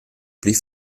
pli